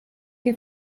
che